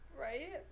Right